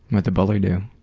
what'd the bully do?